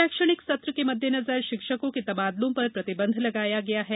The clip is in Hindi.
शैक्षणिक सत्र के मद्देनजर शिक्षकों के तबादलों पर प्रतिबंध लगाया गया है